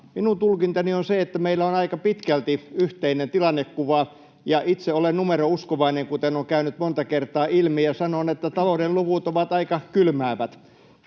Minun tulkintani on se, että meillä on aika pitkälti yhteinen tilannekuva. Itse olen numerouskovainen, kuten on käynyt monta kertaa ilmi, ja sanon, että talouden luvut ovat aika kylmäävät.